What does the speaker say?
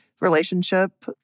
relationship